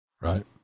Right